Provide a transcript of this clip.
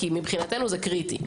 כי מבחינתנו זה קריטי.